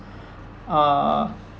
err